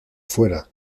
fuera